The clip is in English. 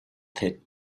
pit